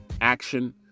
action